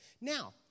Now